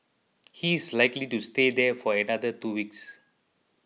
he is likely to stay there for another two weeks